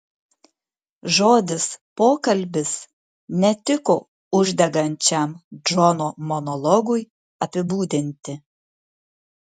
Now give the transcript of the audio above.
žodis pokalbis netiko uždegančiam džono monologui apibūdinti